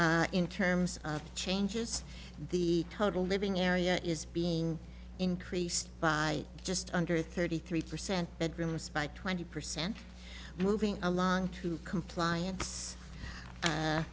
in terms of changes the total living area is being increased by just under thirty three percent bedrooms by twenty percent moving along to compliance a